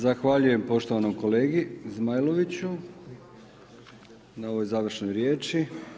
Zahvaljujem poštovanom kolegi Zmajloviću na ovoj završnoj riječi.